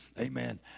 Amen